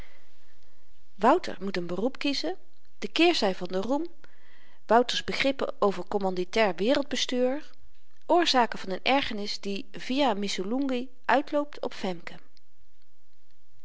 wouter moet n beroep kiezen de keerzy van den roem wouter's begrippen over kommanditair wereldbestuur oorzaken van n ergernis die viâ missolunghi uitloopt op femke